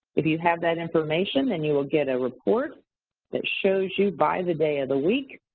if you have that information, then you will get a report that shows you by the day of the week